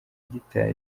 gitari